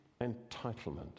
entitlement